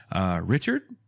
Richard